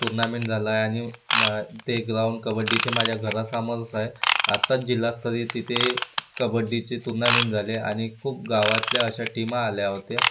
tournament झाला आहे आणि मा ते ग्राउंड कबड्डीचे माझ्या घरासमोरच आहे आत्ताच जिल्हास्तरीय तिथे कबड्डीचे तूर्नामेंट झाले आणि खूप गावातल्या अशा टीमा आल्या होत्या